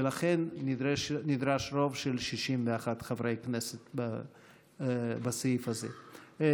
ולכן נדרש רוב של 61 חברי כנסת בסעיף הזה.